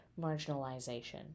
marginalization